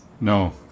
no